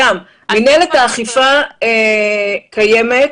מינהלת האכיפה קיימת.